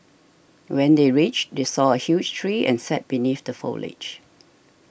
when they reached they saw a huge tree and sat beneath the foliage